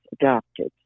adopted